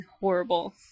horrible